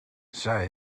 zij